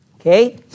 Okay